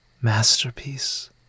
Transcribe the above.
masterpiece